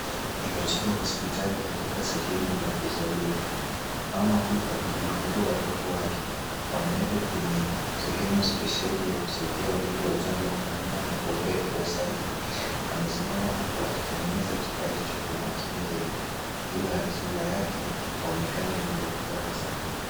Ni katika hospitali katika sehemu la kuzalia. Mama huyu amejifungua watoto wake. Wamewekwa kwenye sehemu spesheli ya kusaidia watoto wachanga kupumua na kuwapee hewa safi. Amesimama huku akitengeneza kifaa hicho kwa umakini zaidi ila sura yake haonekani mwenye furaha sana.